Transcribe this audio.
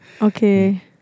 Okay